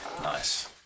Nice